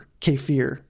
kefir